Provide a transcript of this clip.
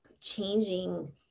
changing